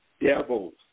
devils